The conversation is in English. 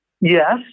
Yes